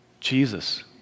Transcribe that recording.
Jesus